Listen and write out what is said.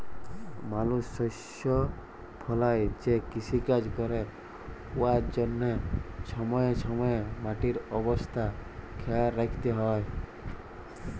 মালুস শস্য ফলাঁয় যে কিষিকাজ ক্যরে উয়ার জ্যনহে ছময়ে ছময়ে মাটির অবস্থা খেয়াল রাইখতে হ্যয়